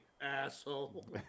asshole